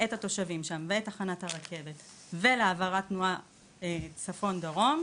את התושבים שם ואת תחנת הרכבת ולצורך העברה עוקפת של תנועה מצפון דרום,